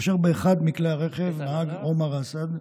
כאשר באחד מכלי הרכב נהג עומר אסעד,